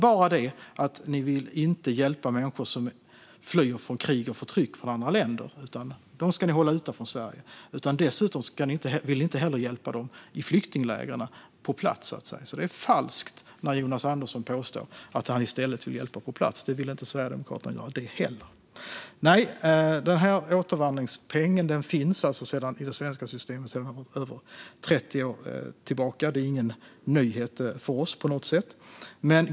Ni vill inte hjälpa människor från andra länder som flyr från krig och förtryck; dem ska ni hålla ute från Sverige. Ni vill inte heller hjälpa dem i flyktinglägren på plats. Det är falskt när Jonas Andersson påstår att han i stället vill hjälpa på plats - Sverigedemokraterna vill inte göra det heller. Den här återvandringspengen finns alltså i det svenska systemet sedan över 30 år; det är ingen nyhet för oss på något sätt.